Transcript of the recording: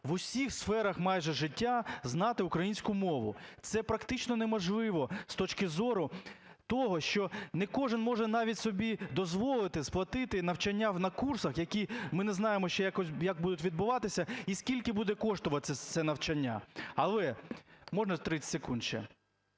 в усіх сферах майже життя знати українську мову. Це практично неможливо з точки зору того, що не кожен може навіть собі дозволити сплатити навчання на курсах, які ми не знаємо ще, як будуть відбуватися і скільки буде коштувати це навчання. Але… Можна 30 секунд ще?